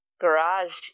Garage